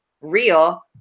real